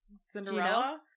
Cinderella